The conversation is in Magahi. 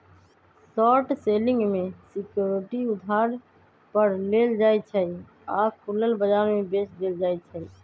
शॉर्ट सेलिंग में सिक्योरिटी उधार पर लेल जाइ छइ आऽ खुलल बजार में बेच देल जाइ छइ